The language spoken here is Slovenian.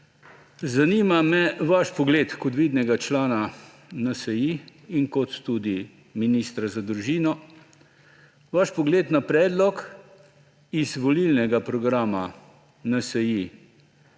zanima me vaš pogled kot vidnega člana NSi in kot tudi ministra za družino, vaš pogled na predlog iz volilnega programa NSi,